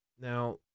Now